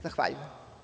Zahvaljujem.